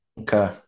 Okay